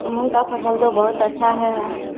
मूँग की फ़सल तो बहुत अच्छी है यहाँ